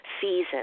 season